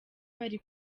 bari